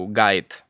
guide